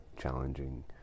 challenging